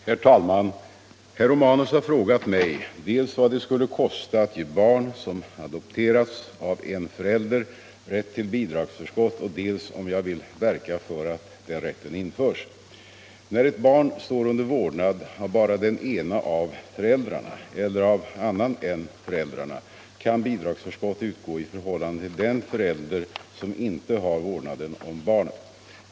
Herr talman! Herr Romanus har frågat mig dels vad det skulle kosta att ge barn, som adopterats av en förälder, rätt till bidragsförskott, dels om jag vill verka för att den rätten införs. När ett barn står under vårdnad av bara den ena av föräldrarna eller av annan än föräldrarna kan bidragsförskott utgå i förhållande till den förälder som inte har vårdnaden om barnet.